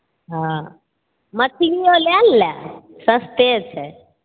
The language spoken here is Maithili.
हॅं मछलियो लए ने लए सस्ते छै